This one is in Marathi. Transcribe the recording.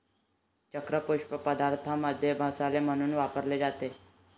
चक्र पुष्प पदार्थांमध्ये मसाले म्हणून वापरले जाते